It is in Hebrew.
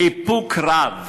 איפוק רב,